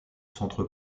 centre